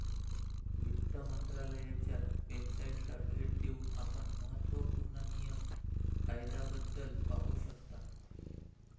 वित्त मंत्रालयाच्या वेबसाइटला भेट देऊन आपण महत्त्व पूर्ण नियम कायद्याबद्दल पाहू शकता